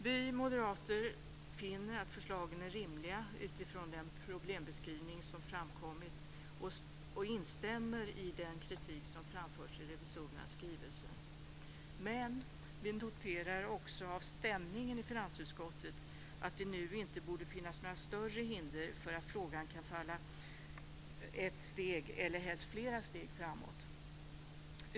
Vi moderater finner att förslagen är rimliga utifrån den problembeskrivning som framkommit och instämmer i den kritik som framförs i revisorernas skrivelse. Men vi noterar också av stämningen i finansutskottet att det nu inte borde finnas några större hinder för att frågan kan föras ett steg, eller helst flera steg, framåt.